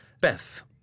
Beth